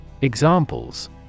Examples